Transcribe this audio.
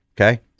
Okay